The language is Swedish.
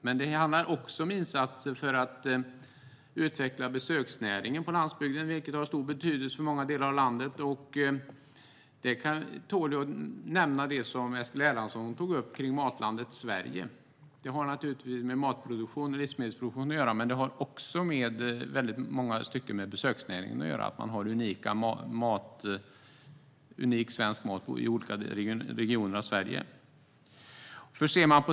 Men det handlar också om insatser för att utveckla besöksnäringen på landsbygden, vilket har stor betydelse för många delar av landet. Det som Eskil Erlandsson tog upp om Matlandet Sverige tål att nämnas. Det har med matproduktion och livsmedelsproduktion att göra, men det har också i många stycken med besöksnäringen att göra. Man har unik svensk mat i olika regioner av Sverige.